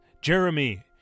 Jeremy